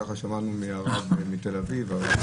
ככה שמענן מהרב מתל אביב.